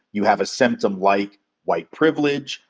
you have a symptom like white privilege,